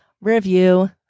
review